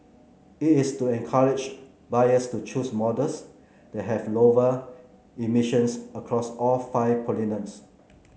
it is to encourage buyers to choose models that have lower emissions across all five pollutants